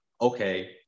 okay